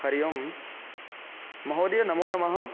हरिः ओं महोदय नमो नमः